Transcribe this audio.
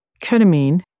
ketamine